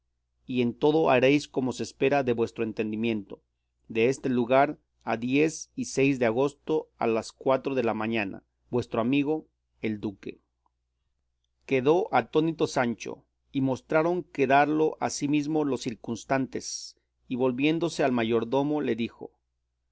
y en todo haréis como se espera de vuestro entendimiento deste lugar a de agosto a las cuatro de la mañana vuestro amigo el duque quedó atónito sancho y mostraron quedarlo asimismo los circunstantes y volviéndose al mayordomo le dijo